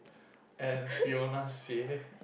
and Fiona-Xie